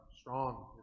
strong